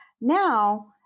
Now